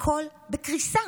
הכול בקריסה.